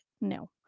No